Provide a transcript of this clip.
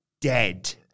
dead